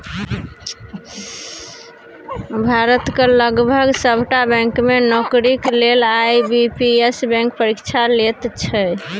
भारतक लगभग सभटा बैंक मे नौकरीक लेल आई.बी.पी.एस बैंक परीक्षा लैत छै